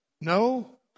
No